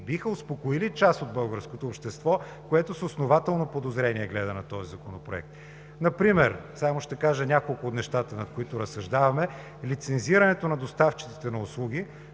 биха успокоили част от българското общество, което с основателно подозрение гледа на този законопроект. Например – само ще кажа няколко от нещата, върху които разсъждаваме, лицензирането на доставчиците на услуги